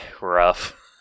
rough